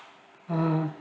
uh